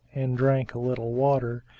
and drank a little water,